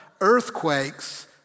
earthquakes